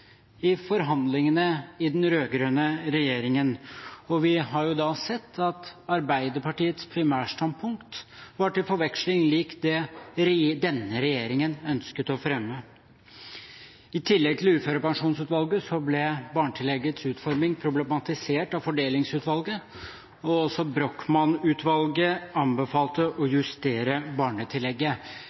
i forhandlingene i den rød-grønne regjeringen. Vi har da sett at Arbeiderpartiets primærstandpunkt var til forveksling likt det denne regjeringen ønsket å fremme. I tillegg til Uførepensjonsutvalget ble barnetilleggets utforming problematisert av Fordelingsutvalget, og også Brochmann-utvalget anbefalte å justere barnetillegget.